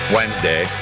Wednesday